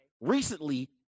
recently